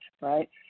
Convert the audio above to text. right